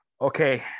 Okay